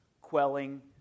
quelling